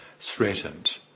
threatened